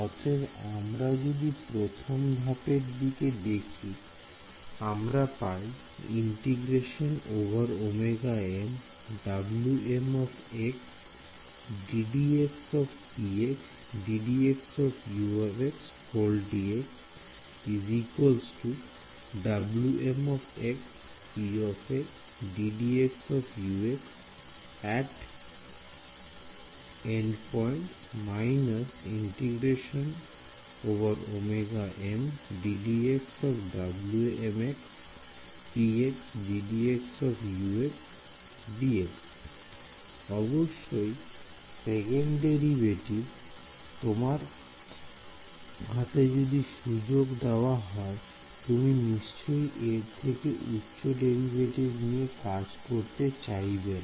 অতএব আমরা যদি প্রথম ধাপের দিকে দেখি আমরা পাই অবশ্যই সেকেন্ড ডেরিভেটিভ তোমার হাতে যদি সুযোগ দেওয়া হয় তুমি নিশ্চয়ই এর থেকে উচ্চ ডেরিভেটিভ নিয়ে কাজ করতে চাইবে না